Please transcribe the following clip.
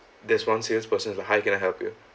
there's one salesperson like hi can I help you